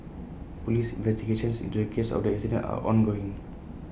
Police investigations into the case of the accident are ongoing